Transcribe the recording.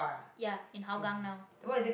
ya in hougang now